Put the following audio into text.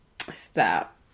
Stop